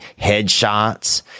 headshots